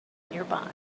nearby